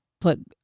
put